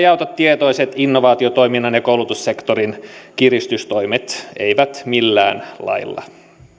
auta tietoiset innovaatiotoiminnan ja koulutussektorin kiristystoimet eivät millään lailla